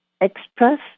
express